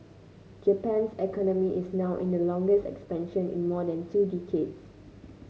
Japan's economy is now in the longest expansion in more than two decades